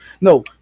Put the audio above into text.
no